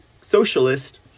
socialist